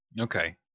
Okay